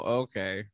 okay